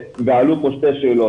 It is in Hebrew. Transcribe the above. ועלו פה שתי שאלות.